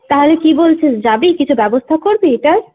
তাহলে কী বলছিস যাবি কিছু ব্যবস্থা করবি এটার